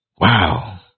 Wow